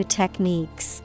techniques